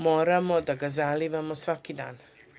Moramo da ga zalivamo svaki dan.